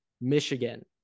Michigan